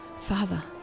Father